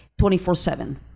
24-7